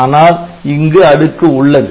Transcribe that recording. ஆனால் இங்கு அடுக்கு உள்ளது